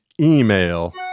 email